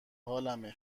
حالمه